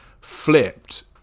flipped